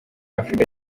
afurika